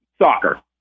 Soccer